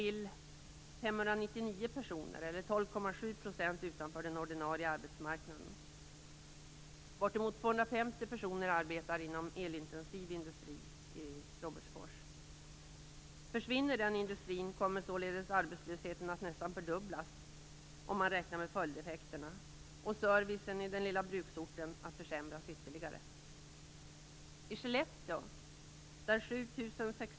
599 personer, 12,7 %, utanför den ordinarie arbetsmarknaden. Bortemot 250 personer arbetar inom den elintensiva industrin i Robertsfors. Försvinner den industrin kommer arbetslösheten att nästan fördubblas, om man räknar med följdeffekterna, och servicen på den lilla bruksorten att ytterligare försämras.